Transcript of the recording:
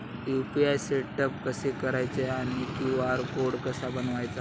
UPI setup कसे करायचे आणि क्यू.आर कोड कसा बनवायचा?